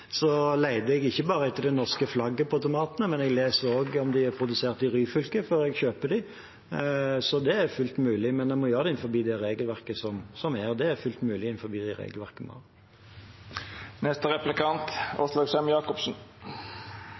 jeg ikke bare etter det norske flagget på tomatene, men jeg leser også om de er produsert i Ryfylke før jeg kjøper dem. Så det er fullt mulig, men en må gjøre det innenfor det regelverket som er. Det er fullt mulig innenfor det regelverket